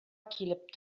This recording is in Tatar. килеп